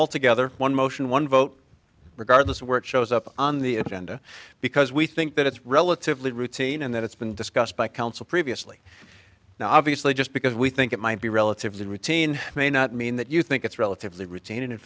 all together one motion one vote regardless where it shows up on the agenda because we think that it's relatively routine and that it's been discussed by council previously now obviously just because we think it might be relatively routine may not mean that you think it's relatively routine and in